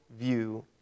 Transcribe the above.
view